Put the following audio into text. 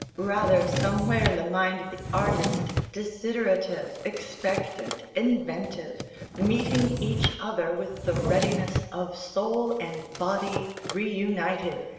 rather, somewhere in the mind of the artist, desiderative, expectant, inventive meeting each other with the readiness of soul and body reunited,